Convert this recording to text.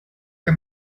que